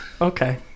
Okay